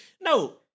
no